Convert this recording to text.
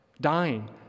Dying